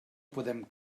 podem